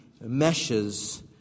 meshes